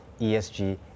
ESG